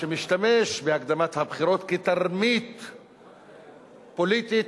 שמשתמש בהקדמת הבחירות כתרמית פוליטית,